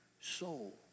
soul